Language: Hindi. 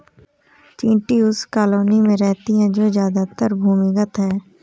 चींटी उस कॉलोनी में रहती है जो ज्यादातर भूमिगत है